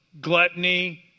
gluttony